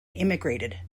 immigrated